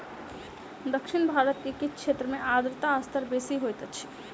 दक्षिण भारत के किछ क्षेत्र में आर्द्रता स्तर बेसी होइत अछि